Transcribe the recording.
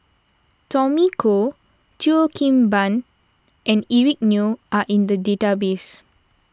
Tommy Koh Cheo Kim Ban and Eric Neo are in the database